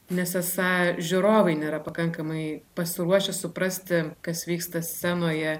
nes esą žiūrovai nėra pakankamai pasiruošę suprasti kas vyksta scenoje